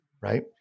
right